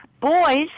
Boys